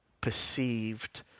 perceived